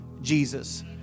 Jesus